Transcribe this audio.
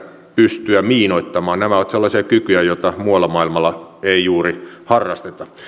pystyä miinoittamaan nämä ovat sellaisia kykyjä joita muualla maailmalla ei juuri harrasteta